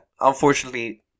Unfortunately